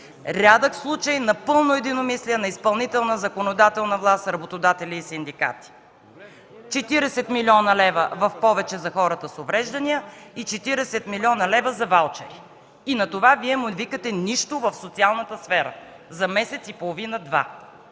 рядък случай на пълно единомислие на изпълнителна, законодателна власт, работодатели и синдикати. Четиридесет милиона лева в повече за хората с увреждания и 40 млн. лв. за ваучери. И на това Вие му викате нищо в социалната сфера за месец и половина-два.